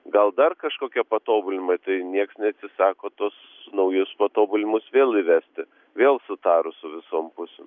gal dar kažkokie patobulinimai tau nieks neatsisako tuos naujus patobulinimus vėl įvesti vėl sutarus su visom pusėm